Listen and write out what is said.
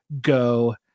go